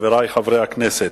חברי חברי הכנסת,